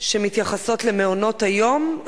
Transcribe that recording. שמתייחסות למעונות-היום,